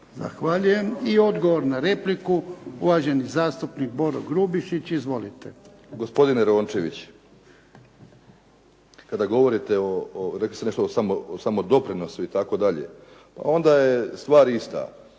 Zahvaljujem. I odgovor na repliku, uvaženi zastupnik Boro Grubišić. Izvolite. **Grubišić, Boro (HDSSB)** Gospodine Rončević, kada govorite, rekli ste nešto o samodoprinosu itd., onda je stvar ista,